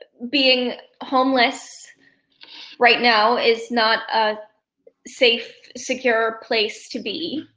but being homeless right now is not a safe secure place to be.